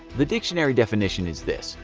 the dictionary definition is this,